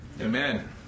Amen